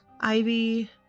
Ivy